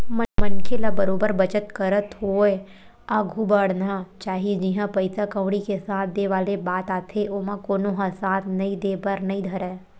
मनखे ल बरोबर बचत करत होय आघु बड़हना चाही जिहाँ पइसा कउड़ी के साथ देय वाले बात आथे ओमा कोनो ह साथ नइ देय बर नइ धरय